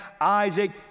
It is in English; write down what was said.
Isaac